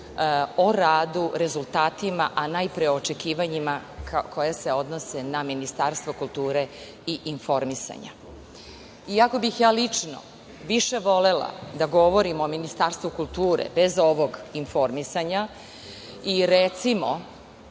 o radu, rezultatima, a najpre o očekivanjima koja se odnose na Ministarstvo kulture i informisanja, iako bih ja lično više volela da govorim o Ministarstvu kulture bez ovog informisanja. Recimo,